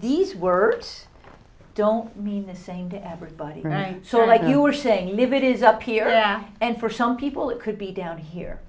these words don't mean the same to everybody so like you were saying live it is up here and for some people it could be down here